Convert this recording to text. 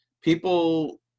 People